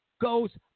goes